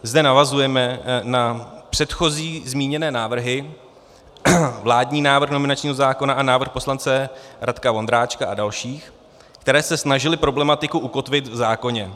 Zde navazujeme na předchozí zmíněné návrhy, vládní návrh nominačního zákona a návrh poslance Radka Vondráčka a dalších, které se snažily problematiku ukotvit v zákoně.